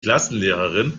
klassenlehrerin